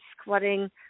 squatting